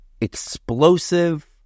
Explosive